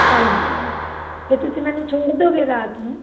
ਹਾਂਜੀ ਤੇ ਤੁਸੀਂ ਮੈਨੂੰ ਛੋੜ ਦਿਓਗੇ ਰਾਤ ਨੂੰ